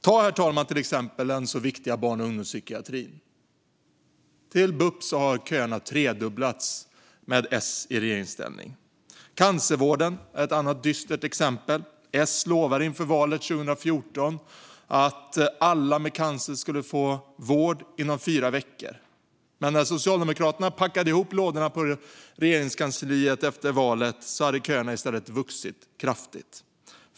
Ta till exempel den så viktiga barn och ungdomspsykiatrin, herr talman! Dit har köerna tredubblats under tiden med S i regeringsställning. Cancervården är ett annat dystert exempel: S lovade inför valet 2014 att alla med cancer skulle få vård inom fyra veckor, men när Socialdemokraterna packade ihop lådorna på Regeringskansliet efter valet hade köerna i stället vuxit kraftigt.